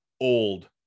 Old